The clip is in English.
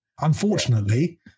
unfortunately